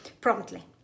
promptly